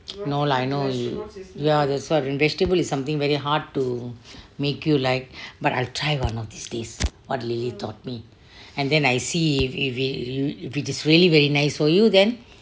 no lah I know you ya that's why when vegetable is something very hard to make you like but I'll try one of these what lily taught me and then I see if it really nice for you then